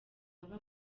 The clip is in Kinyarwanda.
baba